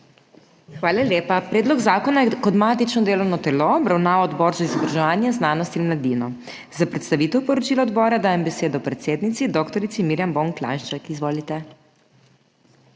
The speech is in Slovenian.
Hvala lepa. Predlog zakona je kot matično delovno telo obravnaval Odbor za izobraževanje, znanost in mladino. Za predstavitev poročila odbora dajem besedo predsednici dr. Mirjam Bon Klanjšček. Izvolite.